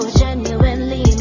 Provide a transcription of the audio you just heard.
genuinely